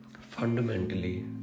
fundamentally